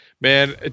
Man